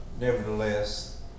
nevertheless